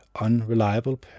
unreliable